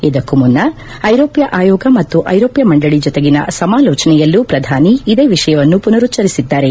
ಇದಕ್ಕೂ ಮುನ್ನ ಐರೋಪ್ಯ ಅಯೋಗ ಮತ್ತು ಐರೋಪ್ಯ ಮಂಡಳಿ ಜತೆಗಿನ ಸಮಾಲೋಚನೆಯಲ್ಲೂ ಪ್ರಧಾನಿ ಇದೇ ವಿಷಯವನ್ನು ಪುನರುಚ್ಚರಿಸಿದ್ದಾರೆ